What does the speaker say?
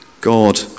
God